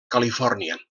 califòrnia